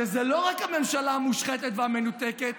שזאת לא רק הממשלה המושחתת והמנותקת,